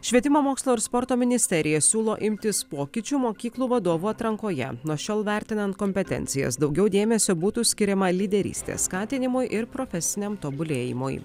švietimo mokslo ir sporto ministerija siūlo imtis pokyčių mokyklų vadovų atrankoje nuo šiol vertinant kompetencijas daugiau dėmesio būtų skiriama lyderystės skatinimui ir profesiniam tobulėjimui